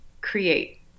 create